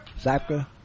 Zapka